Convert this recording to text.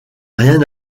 rien